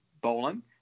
bowling